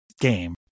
game